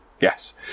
Yes